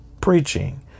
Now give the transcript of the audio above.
preaching